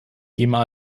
gema